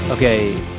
Okay